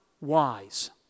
wise